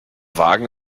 wagen